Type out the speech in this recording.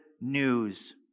news